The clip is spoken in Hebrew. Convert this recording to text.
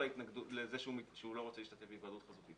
לזה שהוא לא רוצה להשתתף בהיוועדות חזותית.